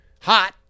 hot